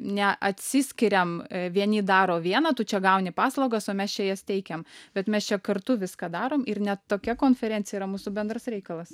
neatsiskiriam vieni daro vieną tu čia gauni paslaugas o mes čia jas teikiam bet mes čia kartu viską darom ir net tokia konferencija yra mūsų bendras reikalas